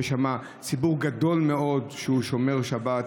יש שם ציבור גדול מאוד שהוא שומר שבת,